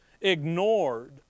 ignored